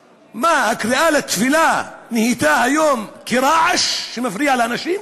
מה, הקריאה לתפילה נהייתה היום רעש שמפריע לאנשים?